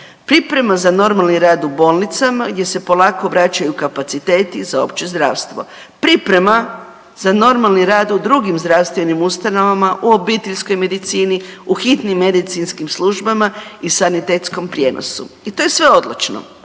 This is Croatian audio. Priprema za normalni rad u bolnicama gdje se polako vraćaju kapaciteti za opće zdravstvo, priprema za normalni rad u drugim zdravstvenim ustanovama u obiteljskoj medicini u hitnim medicinskim službama i sanitetskom prijenosu i to je sve odlično.